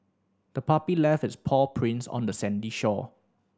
the puppy left its paw prints on the sandy shore